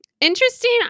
Interesting